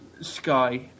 sky